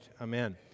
Amen